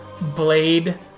blade